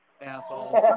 Assholes